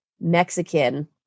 Mexican